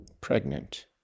pregnant